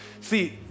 See